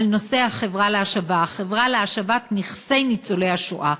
בנושא החברה להשבת נכסים של נספי השואה.